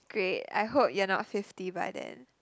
great I hope you're not fifty by then